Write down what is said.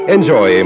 Enjoy